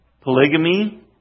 polygamy